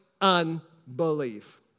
unbelief